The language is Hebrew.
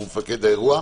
מפקד האירוע,